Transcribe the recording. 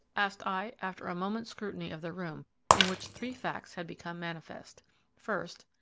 asked i, after a moment's scrutiny of the room in which three facts had become manifest first,